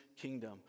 kingdom